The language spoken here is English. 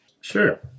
Sure